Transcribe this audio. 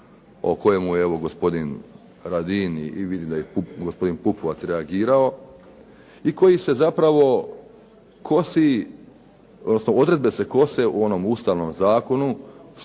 o kojemu evo gospodin Radin, vidim da je i gospodin Pupovac reagirao i koji se zapravo kosi, odnosno odredbe se kose u onom Ustavnom zakonu